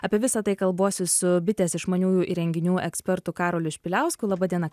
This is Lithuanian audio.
apie visa tai kalbuosi su bitės išmaniųjų įrenginių ekspertu karoliu špiliausku laba diena